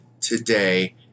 today